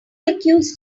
accused